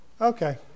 Okay